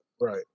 Right